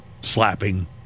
slapping